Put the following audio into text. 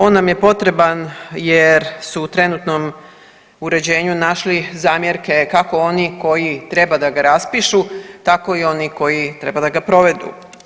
On nam je potreban jer su trenutnom uređenju našli zamjerke kako oni koji treba da ga raspišu tako i oni koji treba da ga provedu.